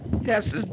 Yes